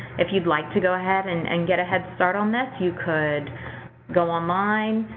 if you'd like to go ahead and and get a head start on this, you could go online.